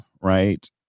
right